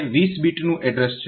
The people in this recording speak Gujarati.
જે 20 બીટનું એડ્રેસ છે